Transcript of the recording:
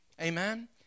Amen